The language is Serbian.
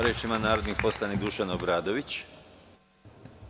Reč ima narodni poslanik Dušan Obradović.